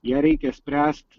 ją reikia spręst